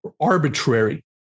arbitrary